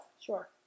sure